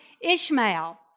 Ishmael